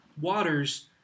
waters